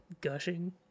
gushing